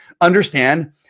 understand